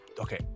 Okay